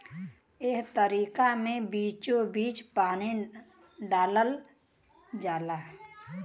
एह तरीका मे बीचोबीच पानी डालल जाला